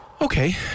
Okay